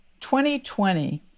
2020